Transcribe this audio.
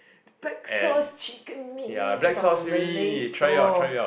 Texas chicken meat from the Malay store